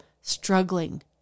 struggling